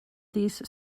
these